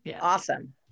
Awesome